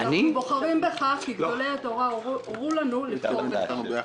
אנחנו בוחרים בך כי גדולי התורה הורו לנו לבחור בך.